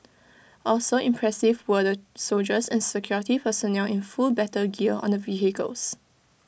also impressive were the soldiers and security personnel in full battle gear on the vehicles